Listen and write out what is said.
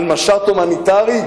על משט הומניטרי,